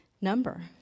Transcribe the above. number